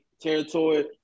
territory